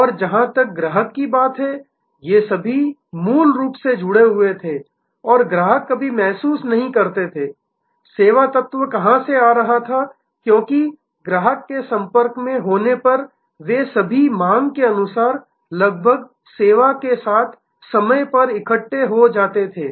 और जहाँ तक ग्राहक की बात है ये सभी मूल रूप से जुड़े हुए थे और ग्राहक कभी महसूस नहीं करते थे सेवा तत्व कहाँ से आ रहा था क्योंकि ग्राहक के संपर्क में होने पर वे सभी माँग के अनुसार लगभग सेवा के साथ समय पर इकट्ठे हो जाते थे